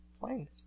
fine